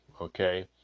Okay